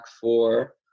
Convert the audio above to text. four